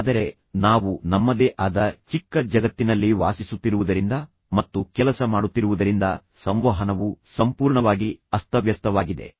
ಆದರೆ ನಾವು ನಮ್ಮದೇ ಆದ ಚಿಕ್ಕ ಜಗತ್ತಿನಲ್ಲಿ ವಾಸಿಸುತ್ತಿರುವುದರಿಂದ ಮತ್ತು ಕೆಲಸ ಮಾಡುತ್ತಿರುವುದರಿಂದ ಸಂವಹನವು ಸಂಪೂರ್ಣವಾಗಿ ಅಸ್ತವ್ಯಸ್ತವಾಗಿದೆ